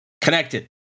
connected